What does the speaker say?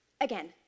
Again